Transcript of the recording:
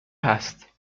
هست